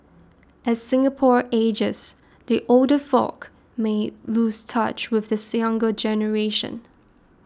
as Singapore ages the older folk may lose touch with this younger generation